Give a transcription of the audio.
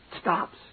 stops